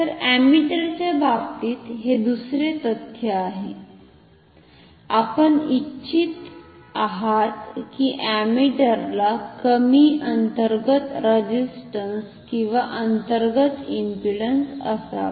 तर अमीटरच्या बाबतीत हे दुसरे तथ्य आहे आपण इच्छित आहोत की अमीटरला कमी अंतर्गत रेझिस्टंस किंवा अंतर्गत इंपिडंस असावा